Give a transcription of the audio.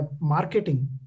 marketing